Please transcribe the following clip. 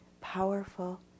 powerful